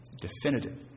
definitive